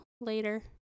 later